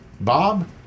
Bob